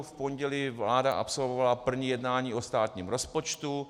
V pondělí vláda absolvovala první jednání o státním rozpočtu.